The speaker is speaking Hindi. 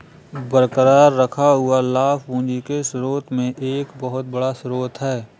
बरकरार रखा हुआ लाभ पूंजी के स्रोत में एक बहुत बड़ा स्रोत है